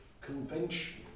convention